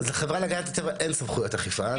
אז לחברה להגנת הטבע אין סמכויות אכיפה.